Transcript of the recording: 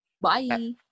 Bye